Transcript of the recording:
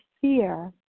fear